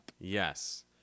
Yes